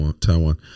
Taiwan